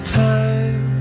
time